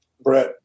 Brett